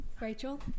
Rachel